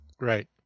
Right